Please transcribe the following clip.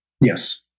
yes